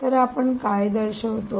तर आपण काय दर्शवतो